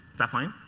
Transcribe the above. that's fine.